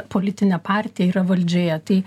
politinė partija yra valdžioje tai